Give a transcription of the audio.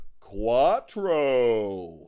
Quattro